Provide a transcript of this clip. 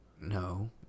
No